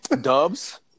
Dubs